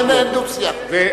אין דו-שיח.